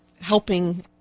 helping